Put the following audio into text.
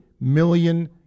million